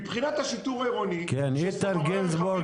מבחינת השיטור העירוני --- איתן גינזבורג,